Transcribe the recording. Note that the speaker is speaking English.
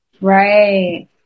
Right